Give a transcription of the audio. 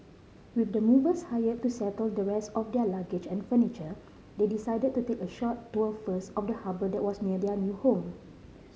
with the movers hired to settle the rest of their luggage and furniture they decided to take a short tour first of the harbour that was near their new home